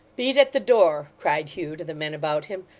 beat at the door cried hugh to the men about him.